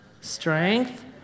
Strength